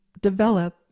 develop